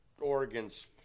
Oregon's